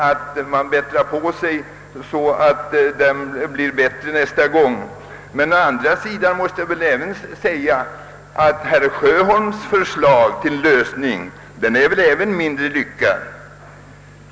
Vi får emellertid hoppas att den blir bättre nästa gång. Men inte heller herr Sjöholms förslag till lösning är särskilt lyckat.